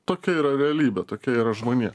tokia yra realybė tokia yra žmonija